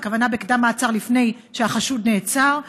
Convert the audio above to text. והכוונה בקדם-מעצר: לפני שהחשוד נעצר,